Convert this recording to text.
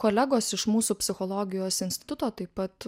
kolegos iš mūsų psichologijos instituto taip pat